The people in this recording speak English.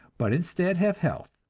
but instead have health.